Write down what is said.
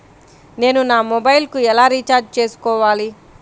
నేను నా మొబైల్కు ఎలా రీఛార్జ్ చేసుకోవాలి?